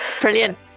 Brilliant